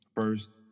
First